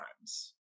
times